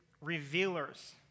revealers